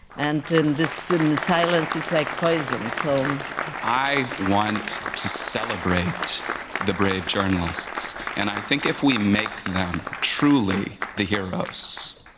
and and this and silence is like poison. so um i i want to celebrate the brave journalists and i think if we make them truly the heroes